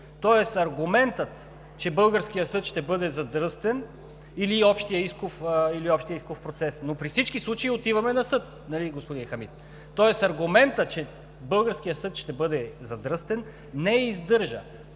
Тоест аргументът, че българският съд ще бъде задръстен или общият исков процес, но при всички случаи отиваме на съд, нали, господин Хамид? Тоест аргументът, че българският съд ще бъде задръстен, не издържа.